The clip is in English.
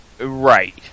Right